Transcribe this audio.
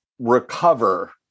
recover